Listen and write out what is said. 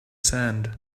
sand